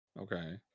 Okay